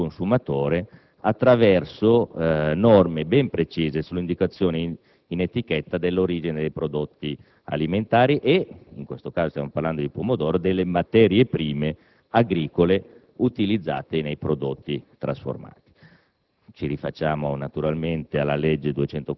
- che occorra garantire il consumatore attraverso norme ben precise sulle indicazioni in etichetta dell'origine dei prodotti alimentari (in questo caso parliamo dei pomodori) e delle materie prime agricole utilizzate nei prodotti trasformati.